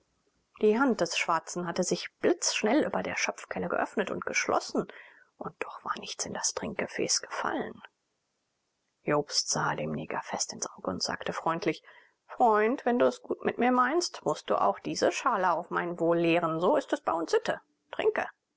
die hand des schwarzen hatte sich blitzschnell über der schöpfkelle geöffnet und geschlossen und doch war nichts in das trinkgefäß gefallen jobst sah dem neger fest ins auge und sagte freundlich freund wenn du es gut mit mir meinst mußt du auch diese schale auf mein wohl leeren so ist es bei uns sitte trinke